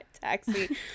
taxi